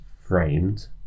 framed